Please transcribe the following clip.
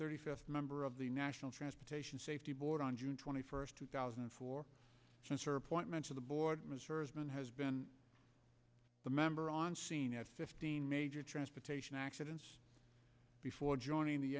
thirty fifth member of the national transportation safety board on june twenty first two thousand and four since her appointment to the board was her husband has been the member on scene at fifteen major transportation accidents before joining the